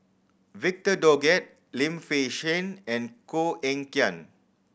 Victor Doggett Lim Fei Shen and Koh Eng Kian